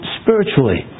spiritually